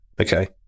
Okay